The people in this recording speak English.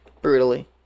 Brutally